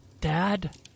Dad